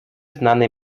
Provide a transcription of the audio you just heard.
znany